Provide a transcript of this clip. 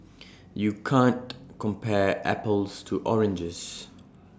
you can't compare apples to oranges